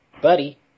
Buddy